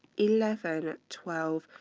eleven, twelve.